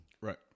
Right